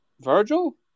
Virgil